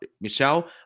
Michelle